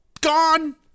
gone